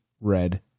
red